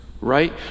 right